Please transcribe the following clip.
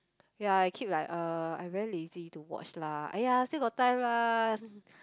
ya I keep like uh I very lazy to watch lah !aiya! still got time lah